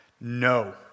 No